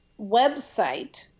website